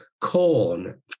corn